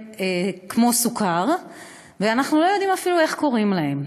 כמו סוכר ואנחנו לא יודעים אפילו איך קוראים להם.